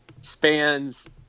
spans